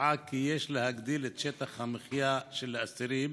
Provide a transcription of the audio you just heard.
שקבעה כי יש להגדיל את שטח המחיה של האסירים.